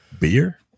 beer